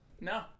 No